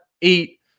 eat